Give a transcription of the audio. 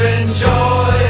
enjoy